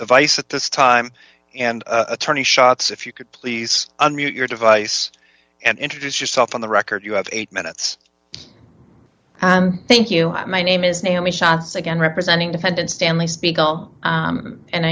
device at this time and attorney shots if you could please your device and introduce yourself on the record you have eight minutes thank you my name is naomi shots again representing defendant stanley spiegel and